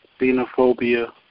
xenophobia